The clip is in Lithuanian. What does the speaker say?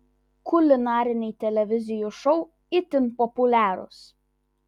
kulinariniai televizijų šou itin populiarūs